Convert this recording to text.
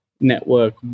network